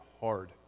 hard